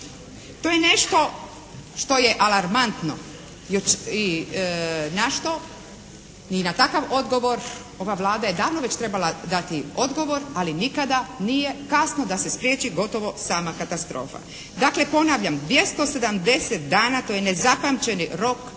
To je nešto što je alarmantno jer i na što, i na takav odgovor ova Vlada je davno već trebala dati odgovor ali nikada nije kasno da se spriječi gotovo sama katastrofa. Dakle ponavljam, 270 dana to je nezapamćeni rok